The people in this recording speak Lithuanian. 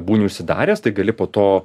būni užsidaręs tai gali po to